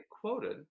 quoted